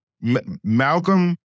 Malcolm